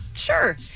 Sure